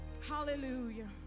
Hallelujah